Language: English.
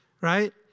right